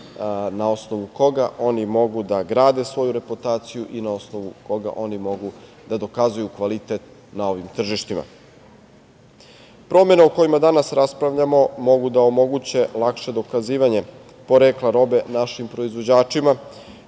na osnovu koga oni mogu da grade svoju reputaciju i na osnovu koga oni mogu da dokazuju kvalitet na ovim tržištima. Promene o kojima danas raspravljamo mogu da omoguće lakše dokazivanje porekla robe našim proizvođačima